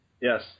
Yes